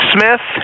Smith